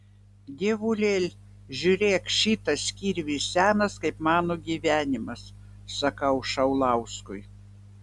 dievulėl žiūrėk šitas kirvis senas kaip mano gyvenimas sakau šaulauskui